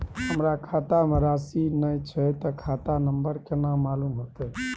हमरा खाता में राशि ने छै ते खाता नंबर केना मालूम होते?